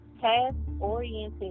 task-oriented